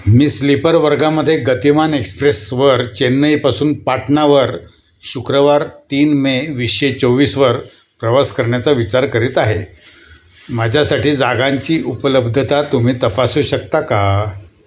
मी sleeper वर्गामध्ये गतिमान एक्सप्रेसवर चेन्नईपासून पाटणावर शुक्रवार तीन मे वीसशे चोवीसवर प्रवास करण्याचा विचार करीत आहे माझ्यासाठी जागांची उपलब्धता तुम्ही तपासू शकता का